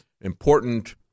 important